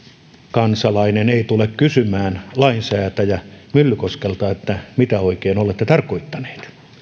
kansalainen ei tule kysymään lainsäätäjä myllykoskelta että mitä oikein olette tarkoittaneet